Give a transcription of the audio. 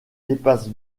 dépasse